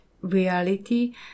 reality